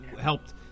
helped